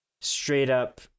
straight-up